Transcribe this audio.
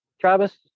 Travis